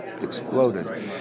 exploded